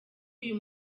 uyu